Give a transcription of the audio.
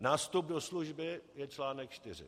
Nástup do služby je článek 4.